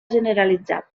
generalitzat